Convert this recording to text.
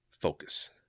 focus